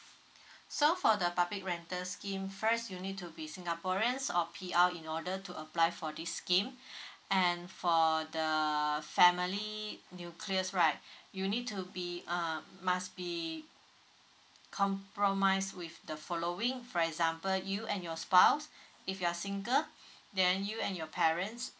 so for the public rental scheme first you need to be singaporeans or P_R in order to apply for this scheme and for the family nucleus right you need to be uh must be compromise with the following for example you and your spouse if you are single then you and your parents